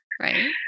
Right